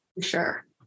sure